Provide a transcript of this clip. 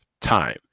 time